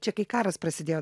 čia kai karas prasidėjo